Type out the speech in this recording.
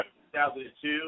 2002